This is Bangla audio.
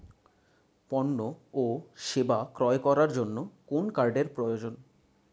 পণ্য ও সেবা ক্রয় করার জন্য কোন কার্ডের প্রয়োজন?